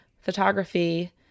photography